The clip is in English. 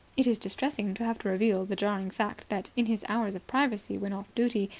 it is distressing to have to reveal the jarring fact that, in his hours of privacy when off duty,